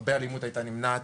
הרבה אלימות הייתה נמנעת,